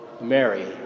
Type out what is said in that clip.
Mary